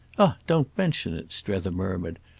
ah don't mention it! strether murmured,